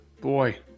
boy